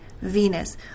Venus